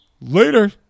Later